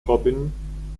robin